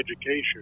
education